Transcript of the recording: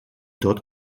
tot